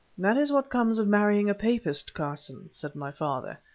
that is what comes of marrying a papist, carson, said my father.